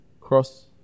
Cross